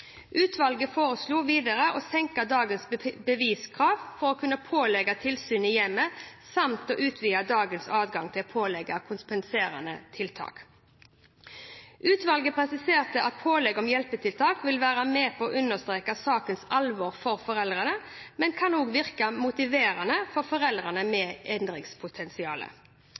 Utvalget foreslo videre å senke dagens beviskrav for å kunne pålegge tilsyn i hjemmet samt å utvide dagens adgang til å pålegge kompenserende tiltak. Utvalget presiserte at pålegg om hjelpetiltak vil være med på å understreke sakens alvor for foreldrene, men òg kan virke motiverende for foreldre med